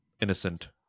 innocent